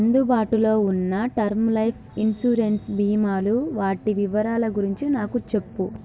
అందుబాటులో ఉన్న term life insurance బీమాలు వాటి వివారాల గురించి నాకు చెప్పు